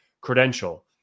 credential